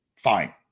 fine